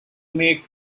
make